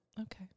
Okay